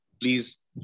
Please